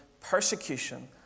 persecution